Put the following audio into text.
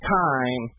time